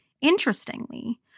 Interestingly